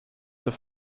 der